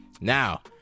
Now